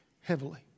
heavily